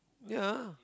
ya